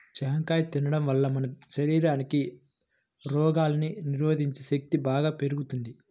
జాంకాయ తిండం వల్ల మన శరీరానికి రోగాల్ని నిరోధించే శక్తి బాగా పెరుగుద్ది